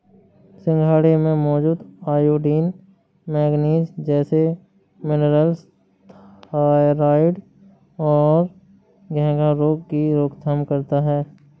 सिंघाड़े में मौजूद आयोडीन, मैग्नीज जैसे मिनरल्स थायरॉइड और घेंघा रोग की रोकथाम करता है